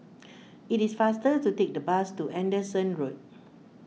it is faster to take the bus to Anderson Road